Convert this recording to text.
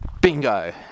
Bingo